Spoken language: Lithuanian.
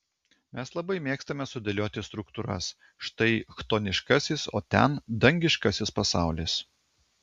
mes labai mėgstame sudėlioti struktūras štai chtoniškasis o ten dangiškasis pasaulis